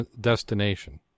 destination